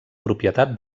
propietat